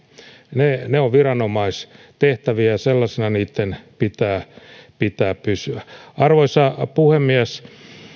ne ne ovat viranomaistehtäviä ja sellaisina niiden pitää pitää pysyä arvoisa puhemies